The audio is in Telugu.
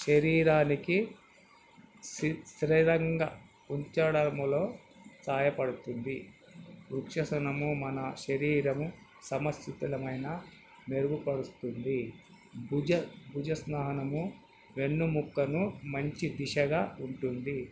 శరీరానికి శ్రేయస్కరంగా ఉంచడములో సాాయపడుతుంది వృక్షాసనము మన శరీరము సమతుల్యమును మెరుగుపరుస్తుంది బుజ భుజంగాసనము వెన్నెముకను మంచి దిశగా ఉంచుతుంది